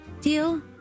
deal